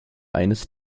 eines